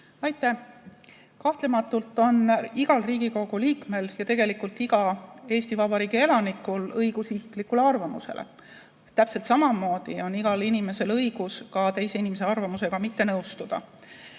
Aitäh! Kahtlemata on igal Riigikogu liikmel ja tegelikult igal Eesti Vabariigi elanikul õigus isiklikule arvamusele. Täpselt samamoodi on igal inimesel õigus ka teise inimese arvamusega mitte nõustuda.